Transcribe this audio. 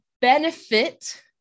benefit